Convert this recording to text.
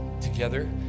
together